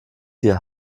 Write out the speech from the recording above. hier